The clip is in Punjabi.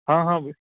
ਹਾਂ ਹਾਂ ਬਾਈ